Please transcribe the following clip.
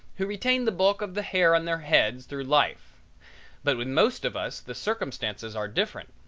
who retain the bulk of the hair on their heads through life but with most of us the circumstances are different.